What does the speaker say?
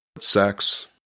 sex